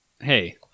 Hey